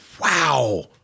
wow